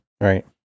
Right